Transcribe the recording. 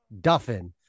Duffin